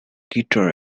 guitar